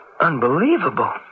unbelievable